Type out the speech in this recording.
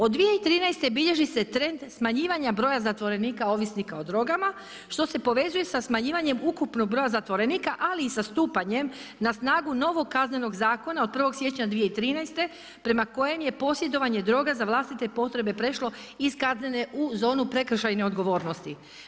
Od 2013. bilježi se trend smanjivanja broja zatvorenika ovisnika o drogama što se povezuje sa smanjivanjem ukupnog broja zatvorenika, ali i sa stupanjem na snagu novog Kaznenog zakona od 1. siječnja 2013. prema kojem je posjedovanje droga za vlastite postrojbe prešlo iz kaznene u zonu prekršajne odgovornosti.